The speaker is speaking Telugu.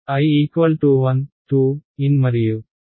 n మరియు Wi h